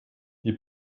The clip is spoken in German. die